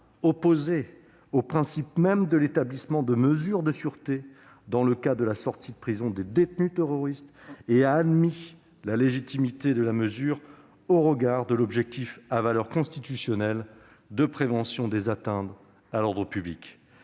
opposé au principe même de l'établissement de mesures de sûreté dans le cas de la sortie de prison des détenus terroristes, et qu'il a admis la légitimité de la mesure au regard de l'objectif à valeur constitutionnelle de prévention des atteintes à l'ordre public.